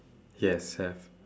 yes have